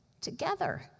together